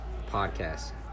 podcast